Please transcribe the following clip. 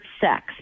sex